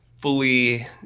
Fully